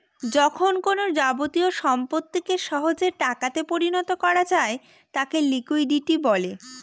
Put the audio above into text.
যখন কোনো যাবতীয় সম্পত্তিকে সহজে টাকাতে পরিণত করা যায় তাকে লিকুইডিটি বলে